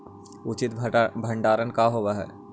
उचित भंडारण का होव हइ?